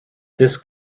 this